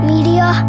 Media